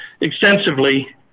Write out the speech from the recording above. extensively